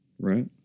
right